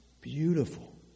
beautiful